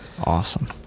Awesome